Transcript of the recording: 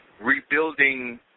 rebuilding